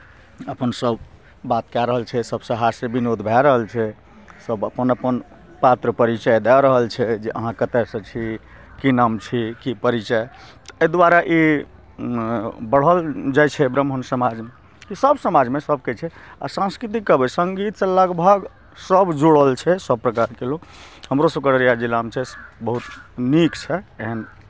अपन सभ बात कए रहल छै सभसँ हास्य विनोद भए रहल छै सभ अपन अपन पात्र परिचय दऽ रहल छै जे अहाँ कतयसँ छी की नाम छी की परिचय एहि दुआरे ई बढ़ल जाइ छै ब्राह्मण समाजमे सभ समाजमे सभके छै आ सांस्कृतिक कहबै सङ्गीतसँ लगभग सभ जुड़ल छै सभ प्रकारके लोक हमरो सभके अररिया जिलामे छै बहुत नीक छै एहन